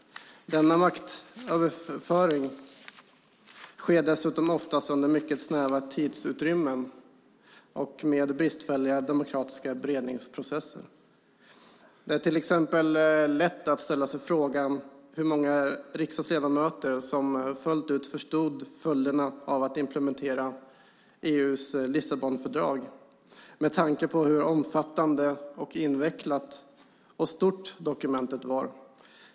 Denna maktöverföring sker dessutom oftast under mycket snäva tidsutrymmen och med bristfälliga demokratiska beredningsprocesser. Det är till exempel lätt att ställa sig frågan hur många riksdagsledamöter som fullt ut förstod följderna av att implementera EU:s Lissabonfördrag, med tanke på hur omfattande, invecklat och stort dokumentet var.